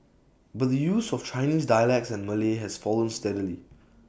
but the use of other Chinese dialects and Malay has fallen steadily